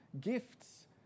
gifts